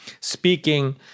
speaking